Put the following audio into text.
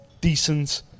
decent